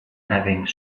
having